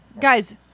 Guys